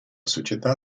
società